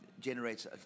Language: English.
generates